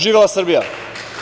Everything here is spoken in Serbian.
Živela Srbija!